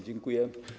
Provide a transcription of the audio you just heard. Dziękuję.